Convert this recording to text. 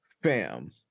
Fam